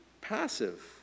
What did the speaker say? passive